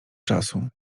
czasu